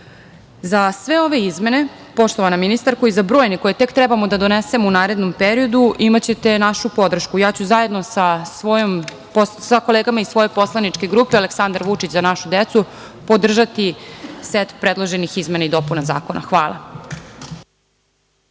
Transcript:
sve ove izmene, poštovana ministarko, za brojne koje tek trebamo da donesmo u narednom periodu imaćete našu podršku. Ja ću zajedno sa kolegama iz svoje poslaničke grupe Aleksandar Vučić – za našu decu, podržati set predloženih izmena i dopuna zakona. Hvala.